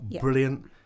Brilliant